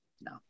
No